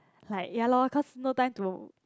like ya lor cause no time to